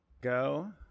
Go